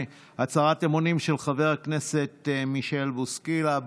הצהרת אמונים של חבר הכנסת מישל בוסקילה.